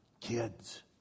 kids